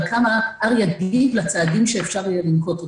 עד כמה R --- לצעדים שאפשר יהיה לנקוט אותם.